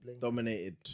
dominated